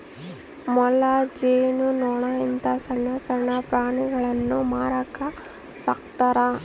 ಮೊಲ, ಜೇನು ನೊಣ ಇಂತ ಸಣ್ಣಣ್ಣ ಪ್ರಾಣಿಗುಳ್ನ ಮಾರಕ ಸಾಕ್ತರಾ